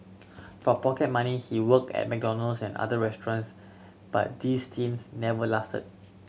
for pocket money he worked at McDonald's and other restaurants but these stints never lasted